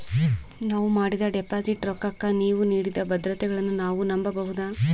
ನಾವು ಮಾಡಿದ ಡಿಪಾಜಿಟ್ ರೊಕ್ಕಕ್ಕ ನೀವು ನೀಡಿದ ಭದ್ರತೆಗಳನ್ನು ನಾವು ನಂಬಬಹುದಾ?